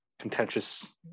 contentious